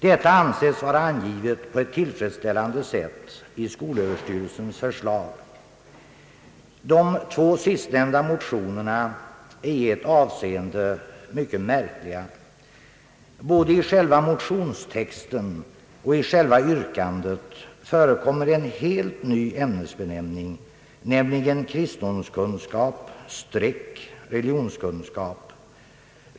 Detta anses vara angivet på ett tillfredsställande sätt i skolöverstyrelsens förslag. De sistnämnda motionerna är i ett avse ende mycket märkliga. Både i motionstexten och i yrkandet förekommer en helt ny ämnesbenämning, nämligen kristendomskunskap/religionskunskap.